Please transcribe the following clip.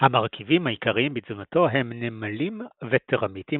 המרכיבים העיקריים בתזונתו הם נמלים וטרמיטים,